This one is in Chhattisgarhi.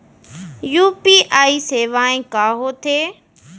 यू.पी.आई सेवाएं का होथे